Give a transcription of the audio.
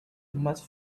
much